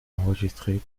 enregistrés